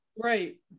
Right